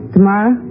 Tomorrow